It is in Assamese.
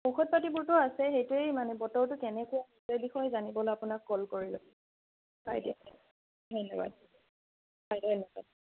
ঔষধ পাতিবোৰটো আছেই সেইটোৱে মানে বতৰটো কেনেকৈ আছে সেই বিষয়ে জানিবলৈ আপোনাক কল কৰিলোঁ ধন্যবাদ